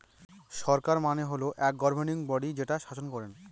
সরকার মানে হল এক গভর্নিং বডি যে শাসন করেন